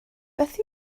beth